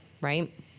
right